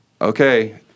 okay